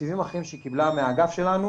לתקציבים אחרים שהיא קיבלה מהאגף שלנו